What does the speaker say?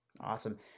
Awesome